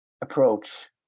approach